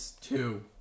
two